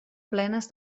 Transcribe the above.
plenes